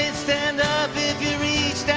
and stand up if you reached